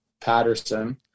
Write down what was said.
Patterson